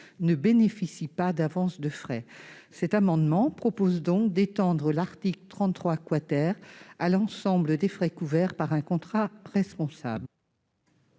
ne bénéficient pas d'avance de frais. Cet amendement tend donc à étendre le champ de l'article 33 à l'ensemble des frais couverts par un contrat responsable.